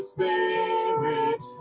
Spirit